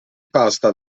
pasta